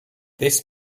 this